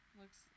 looks